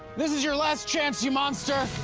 this is your last chance, you monster.